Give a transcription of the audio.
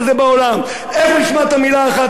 איפה השמעת מלה אחת נגד הרצח הזה?